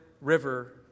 River